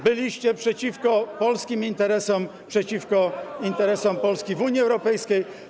Byliście przeciwko polskim interesom, przeciwko interesom Polski w Unii Europejskiej.